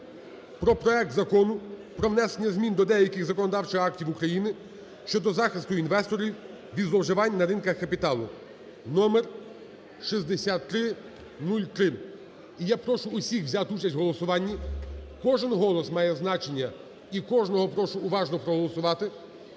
про проект Закону про внесення змін до деяких законодавчих актів України щодо захисту інвесторів від зловживань на ринках капіталу (№ 6303). І я прошу всіх взяти участь в голосуванні, кожен голос має значення і кожного прошу уважно проголосувати,